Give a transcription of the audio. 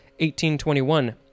1821